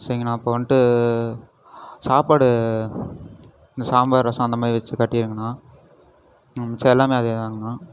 சரிங்கணா அப்போ வந்துட்டு சாப்பாடு இந்த சாம்பார் ரசம் அந்த மாதிரி வச்சு கட்டிடுங்கணா மிச்சம் எல்லாமே அதேதாங்கணா